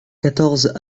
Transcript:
quatorze